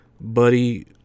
Buddy